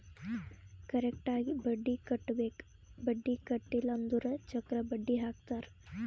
correct ಆಗಿ ಬಡ್ಡಿ ಕಟ್ಟಬೇಕ್ ಬಡ್ಡಿ ಕಟ್ಟಿಲ್ಲ ಅಂದುರ್ ಚಕ್ರ ಬಡ್ಡಿ ಹಾಕ್ತಾರ್